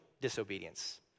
disobedience